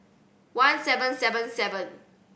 one seven seven seven